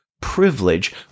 privilege